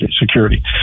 security